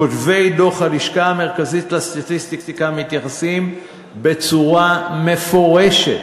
כותבי דוח הלשכה המרכזית לסטטיסטיקה מתייחסים בצורה מפורשת